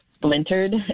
splintered